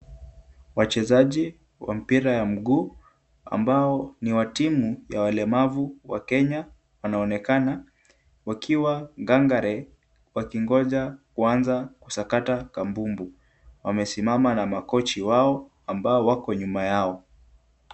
Wachezaji wa mpira ya mguu ambao ni wa timu ya walemavu wa Kenya wanaonekana wakiwa gangare wakingoja kuanza kusakata kabumbu. Wamesimama na ma coach wao, ambao wako nyuma yao.